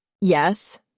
Yes